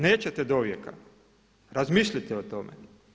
Nećete dovijeka, razmislite o tome.